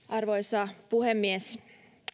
arvoisa puhemies